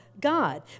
God